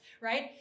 right